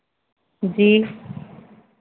जी